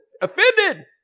offended